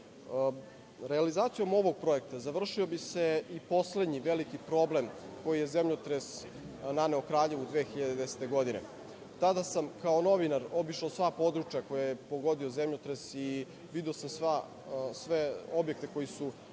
projekta. Realizacijom ovoga projekta završio bi se i poslednji veliki problem koji je zemljotres naneo Kraljevu 2010. godine. Tada sam, kao novinar obišao sva područja koje je pogodio zemljotres i video sam sve objekte koji su